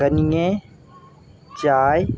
कनिये चाय